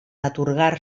atorgar